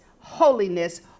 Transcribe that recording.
holiness